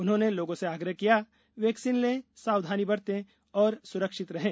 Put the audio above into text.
उन्होंने लोगों से आग्रह किया वैक्सीन लें सावधानी बरतें और स्रक्षित रहें